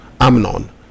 Amnon